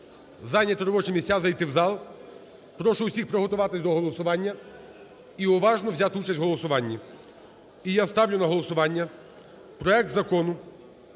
зайняти робочі місця, зайти в зал. Прошу всіх приготуватись до голосування і уважно взяти участь в голосуванні. І я ставлю на голосування проект Закону